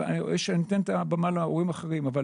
אני אתן את הבמה גם להורים אחרים אבל